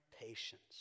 patience